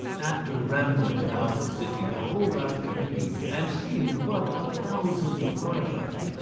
after rambling about the city the whole afternoon, and seeing but a thousandth part of it,